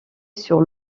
sur